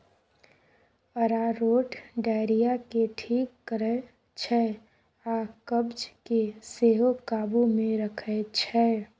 अरारोट diarrhoea केँ ठीक करै छै आ कब्ज केँ सेहो काबु मे रखै छै